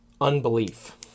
unbelief